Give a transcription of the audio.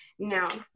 Now